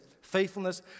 faithfulness